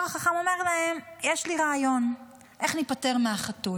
יש לי רעיון איך להיפטר מהחתול,